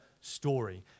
story